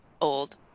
old